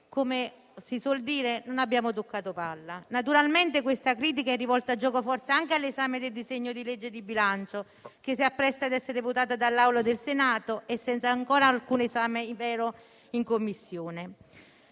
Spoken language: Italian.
come si suol dire - che non abbiamo toccato palla. Naturalmente questa critica è rivolta, gioco forza, anche all'esame del disegno di legge di bilancio che si appresta a essere votato dall'Assemblea del Senato senza che ne sia stato ancora svolto alcun esame vero in Commissione.